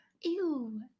Ew